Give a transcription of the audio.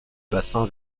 bassin